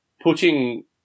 putting